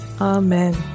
amen